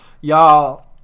Y'all